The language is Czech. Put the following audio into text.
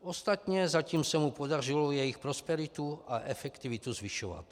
Ostatně zatím se mu podařilo jejich prosperitu a efektivitu zvyšovat.